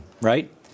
right